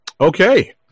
Okay